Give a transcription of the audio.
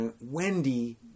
Wendy